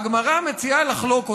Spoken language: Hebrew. הגמרא מציעה לחלוק אותו,